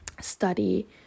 study